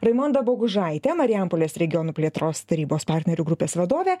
raimonda gužaitė marijampolės regionų plėtros tarybos partnerių grupės vadovė